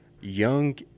young